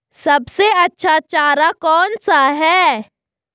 सबसे अच्छा चारा कौन सा है?